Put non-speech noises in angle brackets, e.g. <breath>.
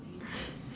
<breath>